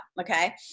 okay